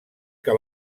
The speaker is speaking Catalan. que